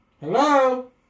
Hello